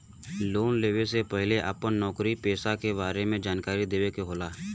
Loan लेवे से पहिले अपना नौकरी पेसा के बारे मे जानकारी देवे के होला?